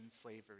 slavery